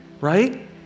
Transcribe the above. right